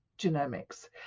genomics